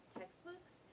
textbooks